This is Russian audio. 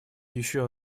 еще